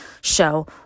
show